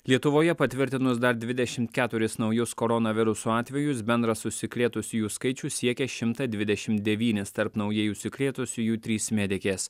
lietuvoje patvirtinus dar dvidešimt keturis naujus koronaviruso atvejus bendras užsikrėtusiųjų skaičius siekia šimtą dvidešimt devynis tarp naujai užsikrėtusiųjų trys medikės